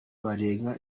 barenga